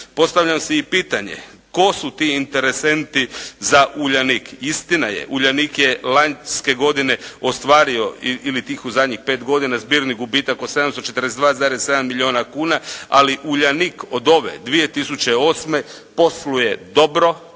Postavljam si pitanje tko su ti interesentni za "Uljanik"? Istina je, "Uljanik" je lanjske godine ostvario, ili tih u zadnjih 5 godina zbirni gubitak od 742,7 milijuna kuna, ali "Uljanik" od ove 2008. posluje dobro